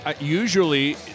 Usually